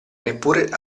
neppure